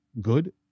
good